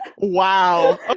wow